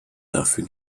dafür